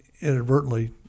inadvertently